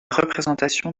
représentation